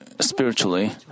spiritually